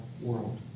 world